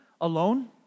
alone